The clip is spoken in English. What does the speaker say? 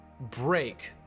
break